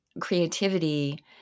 creativity